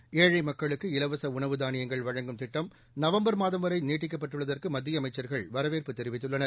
seconds ஏழை மக்களுக்கு இலவச உணவு தானியங்கள் வழங்கும் திட்டம் நவம்பர் மாதம் வரை நீட்டிக்கப்பட்டுள்ளதற்கு மத்திய அமைச்சர்கள் வரவேற்பு தெரிவித்துள்ளனர்